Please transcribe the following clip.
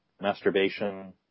Masturbation